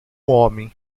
homem